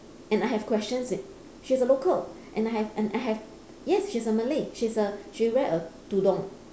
and I have questions she's a local and I have and I have yes she's a malay she's a she wear a tudung